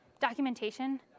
documentation